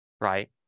right